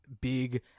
big